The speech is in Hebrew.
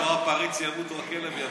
או שהפריץ ימות או שהכלב ימות.